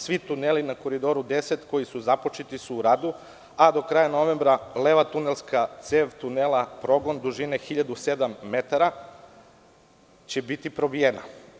Svi tuneli na Koridoru 10 koji su započeti su u radu, a do kraja novembra leva tunelska cev tunela Progon, dužine 1007 metara, će biti probijena.